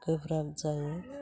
गोब्राब जायो